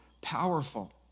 powerful